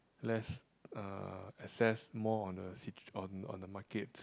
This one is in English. let's uh assess more on the situ~ on on the markets